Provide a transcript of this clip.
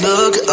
Look